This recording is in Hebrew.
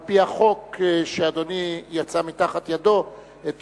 על-פי החוק שיצא מתחת ידו של אדוני,